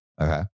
Okay